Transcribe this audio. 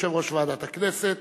יושב-ראש ועדת הכנסת,